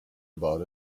about